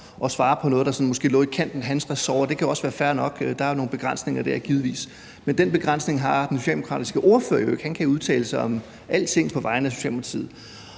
at svare på noget, der måske lå i udkanten af hans ressort, og det kan også være fair nok, der er givetvis nogle begrænsninger der, men nogen begrænsning har den socialdemokratiske ordfører jo ikke, han kan udtale sig om alting på vegne af Socialdemokratiet.